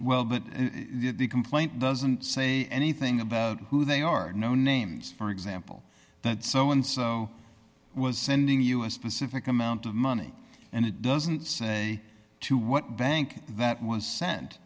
in the complaint doesn't say anything about who they are no names for example that someone so was sending us specific amount of money and it doesn't say to what bank that was sent